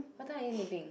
what time are you leaving